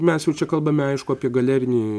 mes jau čia kalbame aišku apie galerinį